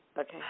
Okay